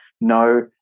no